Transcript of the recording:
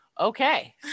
Okay